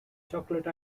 chocolate